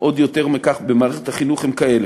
עוד יותר מכך במערכת החינוך, הם כאלה: